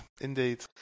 Indeed